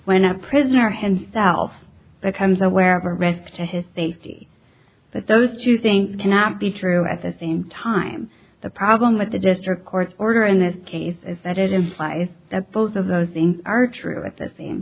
when a prisoner himself becomes aware of a risk to his safety that those two things cannot be true at the same time the problem with the district court order in this case is that it implies that both of those things are true at the same